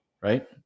Right